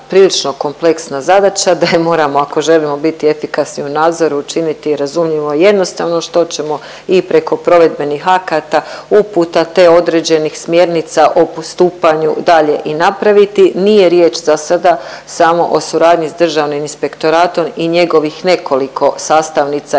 prilično kompleksna zadaća, da je moramo, ako želimo biti efikasni u nadzoru, učiniti razumljivo i jednostavno, što ćemo i preko provedbenih akata, uputa te određenih smjernica o postupanju dalje i napraviti. Nije riječ za sada samo o suradnji s Državnim inspektoratom i njegovih nekoliko sastavnica inspekcija